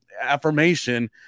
affirmation